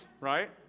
right